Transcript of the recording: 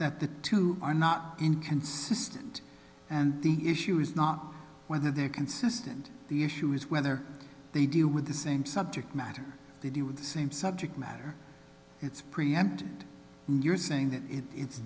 that the two are not inconsistent and the issue is not whether they're consistent the issue is whether they deal with the same subject matter they deal with the same subject matter it's preempt you're saying that it